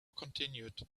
continued